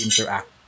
interact